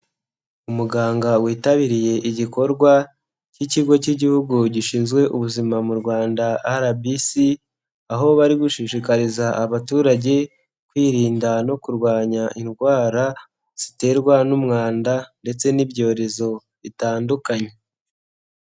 Umuganga witabiriye igikorwa cy'ikigo cy'Igihugu gishinzwe Ubuzima mu Rwanda RBC, aho bari gushishikariza abaturage kwirinda no kurwanya indwara ziterwa n'umwanda ndetse n'ibyorezo bitandukanye.